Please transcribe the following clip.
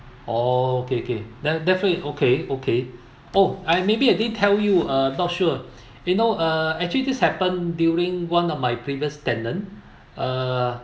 orh okay okay then definitely okay okay oh I may be I didn't tell you uh not sure you know uh actually this happen during one of my previous tenant uh